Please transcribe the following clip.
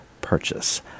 purchase